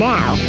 Now